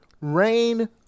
Rain